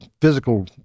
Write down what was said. physical